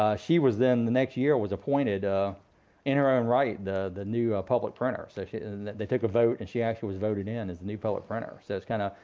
ah she was then the next year, was appointed ah in her own right the the new public printer. so they took a vote, and she actually was voted in as the new public printer. so it's kind of,